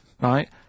Right